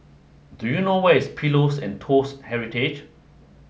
do you know where is Pillows and Toast Heritage